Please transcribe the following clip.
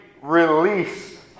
release